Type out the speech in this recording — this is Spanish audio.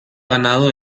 ganado